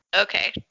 Okay